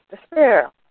despair